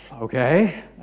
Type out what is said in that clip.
Okay